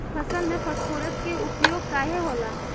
फसल में फास्फोरस के उपयोग काहे होला?